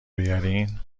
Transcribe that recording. بیارین